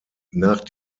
nach